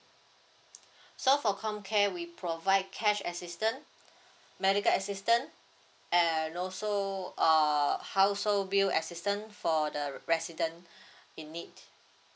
so for comcare we provide cash assistance medical assistance and also err household bill assistance for the residence in need